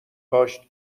داشت